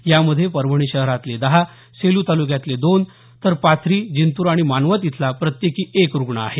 यामध्ये परभणी शहरातले दहा सेलू तालुक्यातले दोन तर पाथरी जिंतूर आणि मानवत इथला प्रत्येकी एक रुग्ण आहे